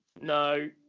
no